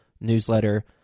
newsletter